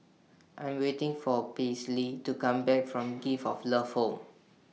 I'm waiting For Paisley to Come Back from Gift of Love Home